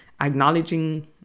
acknowledging